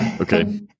Okay